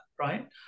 right